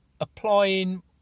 applying